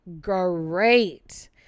great